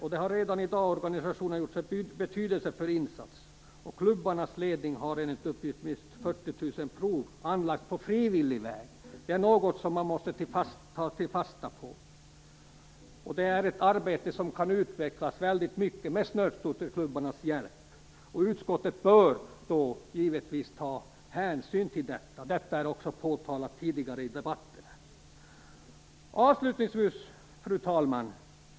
Där har redan i dag organisationerna gjort en betydelsefull insats, och under klubbarnas ledning har enligt uppgift minst 40 000 prov avlagts på frivillig väg. Det är något som man måste ta fasta på. Det är ett arbete som kan utvecklas väldigt mycket med snöskoterklubbarnas hjälp. Utskottet bör givetvis ta hänsyn till detta. Det har också påtalats tidigare i debatten. Fru talman!